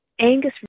Angus